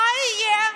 מה יהיה?